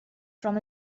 from